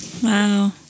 Wow